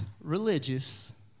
religious